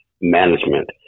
management